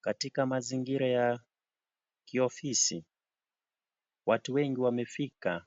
Katika mazingira ya kiofisi watu wengi wamefika